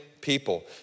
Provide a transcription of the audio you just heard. people